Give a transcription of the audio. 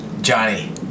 Johnny